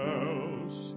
else